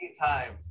time